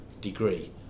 degree